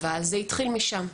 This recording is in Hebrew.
אבל זה התחיל משם.